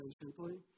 patiently